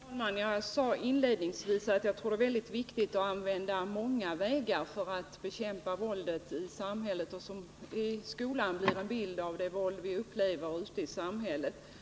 Herr talman! Jag sade inledningsvis att jag tror det är väldigt viktigt att gå många vägar för att bekämpa våldet i samhället och att skolan ger en bild av det våld vi upplever ute i samhället.